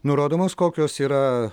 nurodomos kokios yra